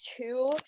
two